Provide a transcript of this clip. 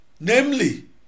Namely